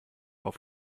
auf